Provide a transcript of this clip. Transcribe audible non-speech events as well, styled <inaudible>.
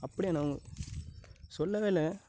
அப்டியாண்ணே <unintelligible> சொல்லவே இல்லை